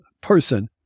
person